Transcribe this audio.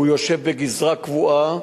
הוא יושב בגזרה קבועה.